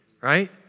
right